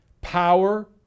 power